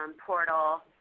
um portal,